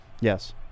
Yes